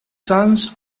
sons